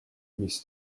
mis